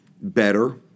better